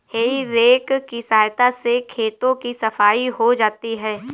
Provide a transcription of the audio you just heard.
हेइ रेक की सहायता से खेतों की सफाई हो जाती है